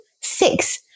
Six